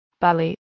Bali